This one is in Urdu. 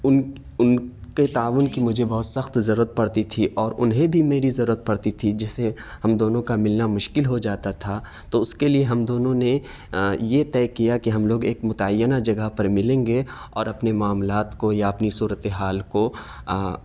ان ان کے تعاون کی مجھے بہت سخت ضرورت پڑتی تھی اور انہیں بھی میری ضرورت پڑتی تھی جس سے ہم دونوں کا ملنا مشکل ہو جاتا تھا تو اس کے لیے ہم دونوں نے یہ طے کیا کہ ہم لوگ ایک متعینہ جگہ پر ملیں گے اور اپنے معاملات کو یا اپنی صورتحال کو